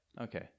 Okay